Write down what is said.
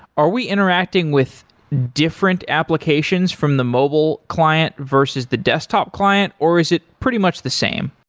are we interacting with different applications from the mobile client versus the desktop client, or is it pretty much the same?